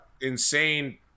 insane